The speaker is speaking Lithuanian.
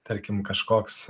tarkim kažkoks